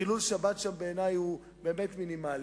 חילול השבת שם, בעיני, הוא באמת מינימלי.